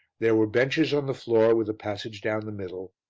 there were benches on the floor with a passage down the middle,